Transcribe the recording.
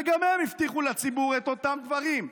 וגם הם הבטיחו לציבור את אותם דברים,